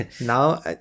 Now